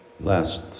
Last